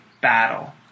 battle